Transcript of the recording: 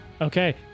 Okay